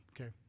okay